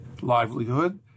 livelihood